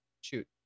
shoot